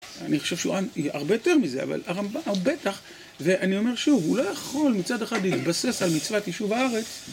אני חושב שהוא אנטי הרבה יותר מזה, אבל הרמב״ם הוא בטח, ואני אומר שוב, הוא לא יכול מצד אחד להתבסס על מצוות יישוב הארץ.